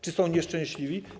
Czy są nieszczęśliwi?